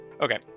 Okay